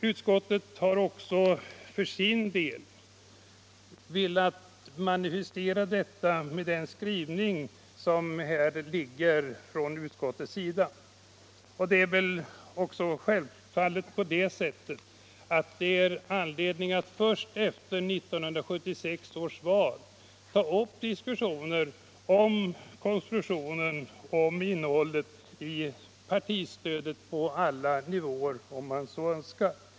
Utskottet har för sin del velat manifestera detta med den skrivning som här föreligger. Självfallet är det först efter 1976 års val man har anledning att ta upp diskussioner om konstruktionerna av partistödet på alla nivåer, om man så önskar.